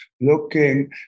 looking